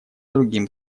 другим